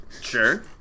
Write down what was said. Sure